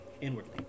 inwardly